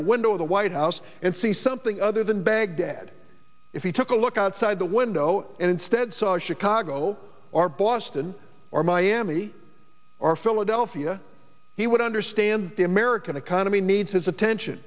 the window of the white house and see something other than baghdad if he took a look outside the window and instead saw chicago or boston or miami or philadelphia he would understand the american economy needs his attention